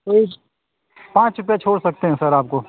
तो इस पाँच रुपये छोड़ सकते हैं सर आपको